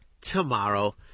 tomorrow